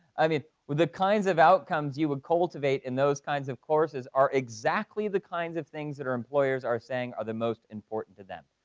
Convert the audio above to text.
i mean, with the kinds of outcomes you would cultivate in those kinds of courses are exactly the kinds of things that our employers are saying are the most important to them.